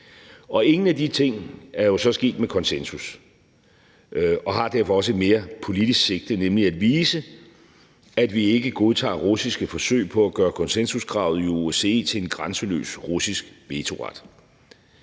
Ingen af de ting er jo så sket med konsensus, og de har derfor også et mere politisk sigte, nemlig at vise, at vi ikke godtager russiske forsøg på at gøre konsensuskravet i OSCE til en grænseløs russisk vetoret.